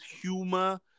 humor